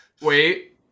Wait